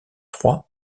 froid